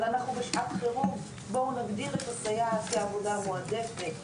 להגדיר את הסייעת כעבודה מועדפת.